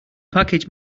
package